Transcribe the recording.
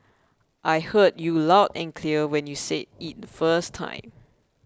I heard you loud and clear when you said it the first time